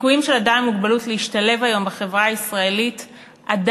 הסיכויים של אדם עם מוגבלות להשתלב בחברה הישראלית עדיין,